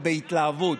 בהתלהבות?